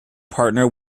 partner